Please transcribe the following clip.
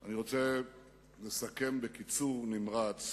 אני רוצה לסכם בקיצור נמרץ